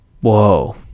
whoa